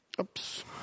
Oops